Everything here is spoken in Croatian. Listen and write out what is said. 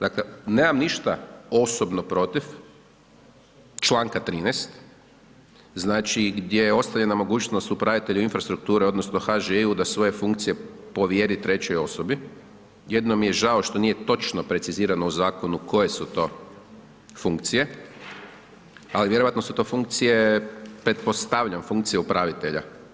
Dakle, nemam ništa osobno protiv čl. 13., znači, gdje ostavljaju nam mogućnost upravitelju infrastrukture odnosno HŽ-u da svoje funkcije povjeri trećoj osobi, jedino mi je žao što nije točno precizirano u zakonu koje su to funkcije, ali vjerojatno su to funkcije, pretpostavljam, funkcije upravitelja.